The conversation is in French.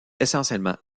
essentiellement